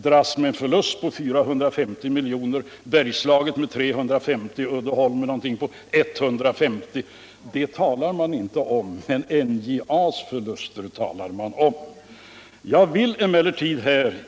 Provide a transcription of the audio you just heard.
dras med en förlust på 450 milj.kr.. Bergslaget med 350 och Uddeholm med ungefär 150 milj.kr. Det talar man inte om. men om NJA:s förluster talar man. Jag vill emellertid.